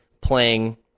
playing